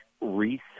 reset